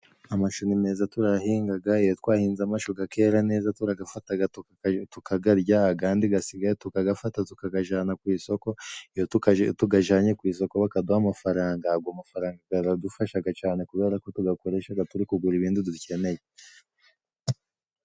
Amashu ni meza turayahingaga. Iyo twahinze amashu gakera neza turagafataga tukagarya, agandi gasigaye tukagafata tukagajana ku isoko. iyo tugajanye ku isoko bakaduha amafaranga, ago mafaranga garadufashaga cane kubera ko tugakoreshaga turi kugura ibindi dukeneye.